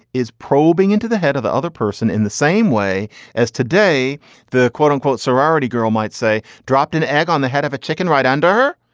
is probing into the head of the other person in the same way as today the quote unquote, sorority girl might say dropped an egg on the head of a chicken right under her.